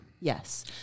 Yes